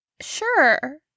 Sure